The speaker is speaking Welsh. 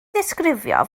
ddisgrifio